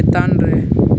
ᱪᱮᱛᱟᱱ ᱨᱮ